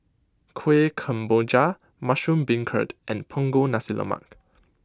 Kuih Kemboja Mushroom Beancurd and Punggol Nasi Lemak